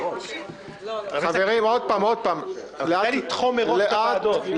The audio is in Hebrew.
חברים, לאט לאט.